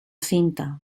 cinta